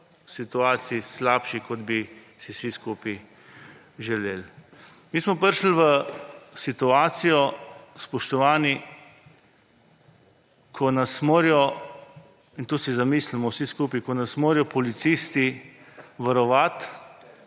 situaciji slabši, kot bi si vsi skupaj želeli. Mi smo prišli v situacijo, spoštovani, ko nas morajo – in to si zamislimo vsi skupaj –, ko nas morajo policisti varovati,